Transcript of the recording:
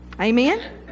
Amen